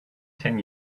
ten